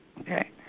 okay